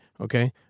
Okay